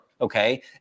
okay